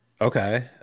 Okay